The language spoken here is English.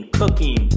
cooking